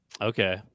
Okay